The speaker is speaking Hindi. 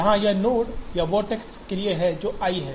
यहां यह नोड या वर्टेक्स के लिए है जो i है